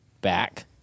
back